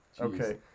Okay